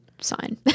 sign